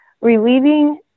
relieving